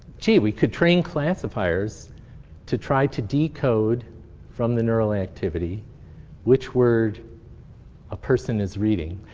gee, we could train classifiers to try to decode from the neural activity which word a person is reading.